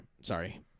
Sorry